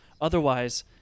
Otherwise